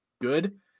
good